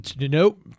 nope